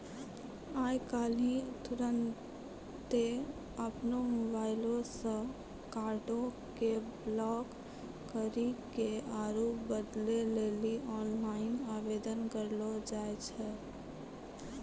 आइ काल्हि तुरन्ते अपनो मोबाइलो से कार्डो के ब्लाक करि के आरु बदलै लेली आनलाइन आवेदन करलो जाय छै